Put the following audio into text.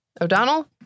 O'Donnell